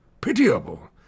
pitiable